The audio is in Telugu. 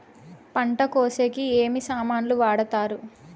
పంట కోసేకి ఏమి సామాన్లు వాడుతారు?